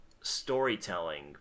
storytelling